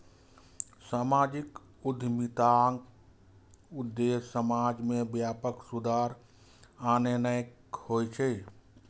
सामाजिक उद्यमिताक उद्देश्य समाज मे व्यापक सुधार आननाय होइ छै